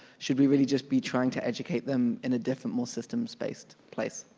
should we really just be trying to educate them in a different, more systems based place?